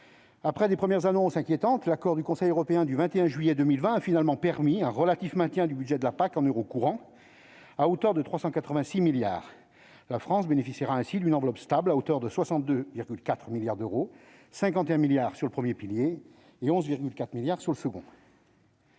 Après de premières annonces inquiétantes, l'accord du Conseil européen du 21 juillet 2020 a finalement permis un relatif maintien du budget de la PAC, en euros courants, à hauteur de 386 milliards d'euros. La France bénéficiera ainsi d'une enveloppe stable à hauteur de 62,4 milliards d'euros : 51 milliards sur le premier pilier et 11,4 milliards sur le second.